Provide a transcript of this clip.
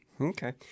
okay